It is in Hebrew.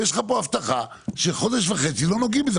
יש לך פה הבטחה שחודש וחצי לא נוגעים בזה.